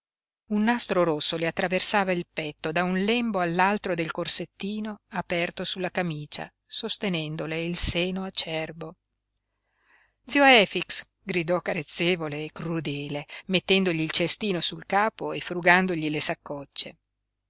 un nastro rosso le attraversava il petto da un lembo all'altro del corsettino aperto sulla camicia sostenendole il seno acerbo zio efix gridò carezzevole e crudele mettendogli il cestino sul capo e frugandogli le saccocce